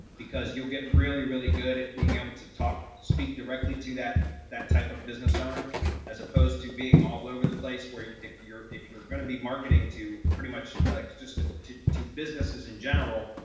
because you'll get really, really good being able to talk speak directly to that that type of business owner as opposed to being all over the place where if you're if you're going to be marketing to pretty much just ah to to businesses in general,